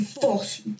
force